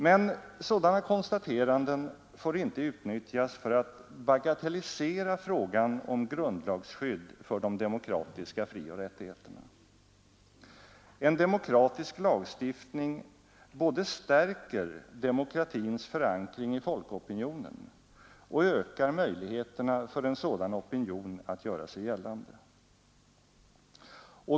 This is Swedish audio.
Men sådana konstateranden får inte utnyttjas för att bagatellisera frågan om grundlagsskydd för de demokratiska frioch rättigheterna. En demokratisk lagstiftning både stärker demokratins förankring i folkopinionen och ökar möjligheterna för en sådan opinion att göra sig gällande.